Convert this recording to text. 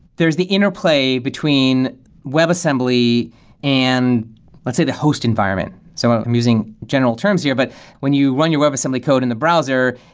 there's the interplay between webassembly and let's say, the host environment. so i'm i'm using general terms here. but when you run your webassembly code in the browser,